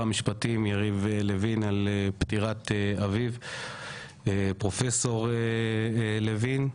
המשפטים יריב לוין על פטירת אביו פרופסור לוין,